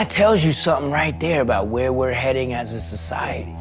ah tells you something right there about where we're heading as a society,